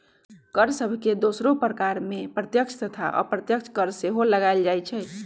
कर सभके दोसरो प्रकार में प्रत्यक्ष तथा अप्रत्यक्ष कर सेहो लगाएल जाइ छइ